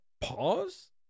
Pause